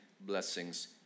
blessings